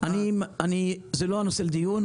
זה לא נושא הדיון,